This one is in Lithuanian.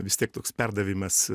vis tiek toks perdavimas